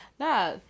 Nah